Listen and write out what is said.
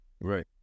Right